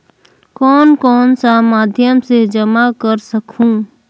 कौन कौन सा माध्यम से जमा कर सखहू?